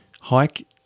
hike